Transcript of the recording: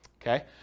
Okay